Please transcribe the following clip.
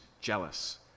jealous